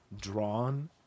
drawn